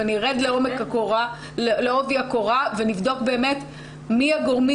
חשוב שניכנס לעובי הקורה ונבדוק באמת מי הגורמים